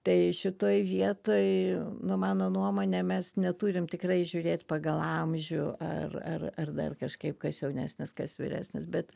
tai šitoj vietoj nu mano nuomone mes neturim tikrai žiūrėt pagal amžių ar ar ar dar kažkaip kas jaunesnis kas vyresnis bet